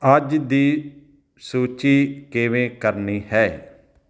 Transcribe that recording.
ਅੱਜ ਦੀ ਸੂਚੀ ਕਿਵੇਂ ਕਰਨੀ ਹੈ